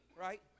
Right